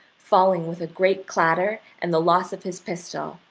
falling with a great clatter and the loss of his pistol,